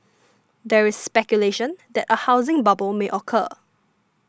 there is speculation that a housing bubble may occur